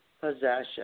possession